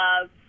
love